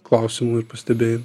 klausimų ir pastebėjim